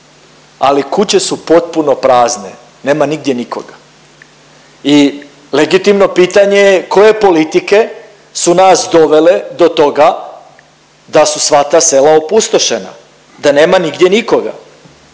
ali kuće su potpuno prazne, nema nigdje nikoga. I legitimno pitanje je koje politike su nas dovele do toga da su sva ta sela opustošena, da nema nigdje nikoga?